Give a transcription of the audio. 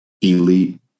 elite